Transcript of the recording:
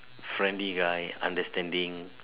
friendly guy understanding